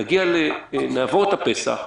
נעבור את הפסח,